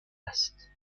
است